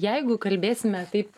jeigu kalbėsime taip